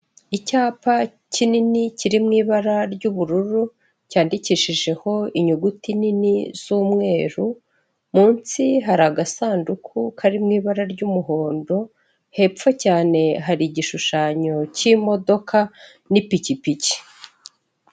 Icyapa kinini kiri mu ibara ry'ubururu cyandikishijeho inyuguti nini z'umweru, munsi hari agasanduku kari mu ibara ry'umuhondo, hepfo cyane hari igishushanyo cy'imodoka n'ipikipiki.